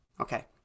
okay